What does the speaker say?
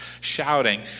shouting